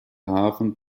hafen